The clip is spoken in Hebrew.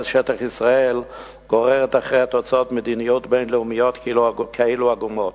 לשטח ישראל גוררת אחריה תוצאות מדיניות בין-לאומיות כאלה עגומות,